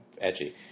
edgy